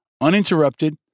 uninterrupted